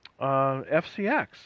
FCX